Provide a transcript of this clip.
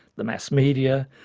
the mass media,